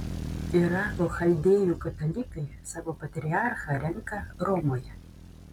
irako chaldėjų katalikai savo patriarchą renka romoje